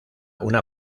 una